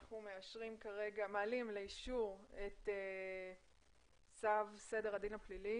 אנחנו מעלים לאישור את צו סדר הדין הפלילי